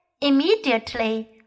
immediately